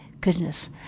goodness